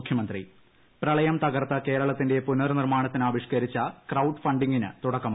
മുഖ്യമന്ത്രി പ്രളയം തകർത്ത കേരളത്തിന്റെ പുനർ നിർമാണത്തിന് ആവിഷ്കരിച്ച ക്രൌഡ് ഫണ്ടിംഗിന് തുടക്കമായി